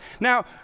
Now